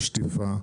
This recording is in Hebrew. שטיפה,